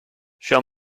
show